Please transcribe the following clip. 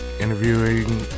interviewing